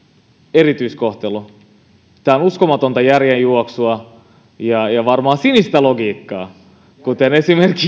erityiskohtelu tämä on uskomatonta järjenjuoksua ja ja varmaan sinistä logiikkaa kuten esimerkiksi